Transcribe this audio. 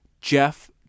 Jeff